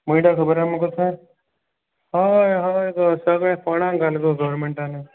मयदा खबर आसा मुगो तुका हय हय गो सगले फोणान घाल गो गोवोरमेंटालें